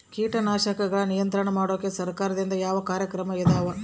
ಕೇಟನಾಶಕಗಳ ನಿಯಂತ್ರಣ ಮಾಡೋಕೆ ಸರಕಾರದಿಂದ ಯಾವ ಕಾರ್ಯಕ್ರಮ ಇದಾವ?